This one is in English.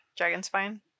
Dragonspine